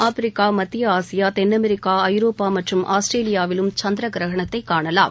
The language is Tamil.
ஆப்பிரிக்கா மத்திய ஆசியா தென் அமெரிக்கா ஐரோப்பா மற்றும் ஆஸ்திரேலியாவிலும் சந்திரகிரகணத்தை காணலாம்